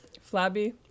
flabby